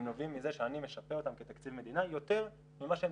הם נובעים מזה שאני משפה אותם כתקציב מדינה יותר ממה שהם